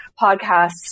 podcasts